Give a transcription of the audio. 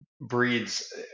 breeds